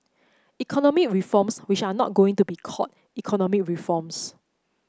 economic reforms which are not going to be called economic reforms